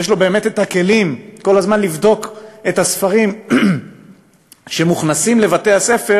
יש לו באמת כלים כל הזמן לבדוק את הספרים שמוכנסים לבתי-הספר